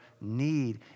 need